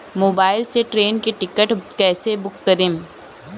Mobile से train के ticket कैसे बूक करेम?